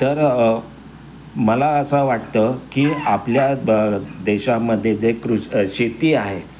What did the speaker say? तर मला असा वाटतं की आपल्या ब देशामध्ये जे कृष शेती आहे